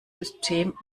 system